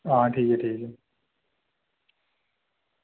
आं ठीक ऐ ठीक ऐ